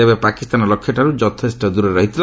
ତେବେ ପାକିସ୍ତାନ ଲକ୍ଷ୍ୟଠାରୁ ଯଥେଷ୍ଟ ଦୂରରେ ରହିଯାଇଥିଲା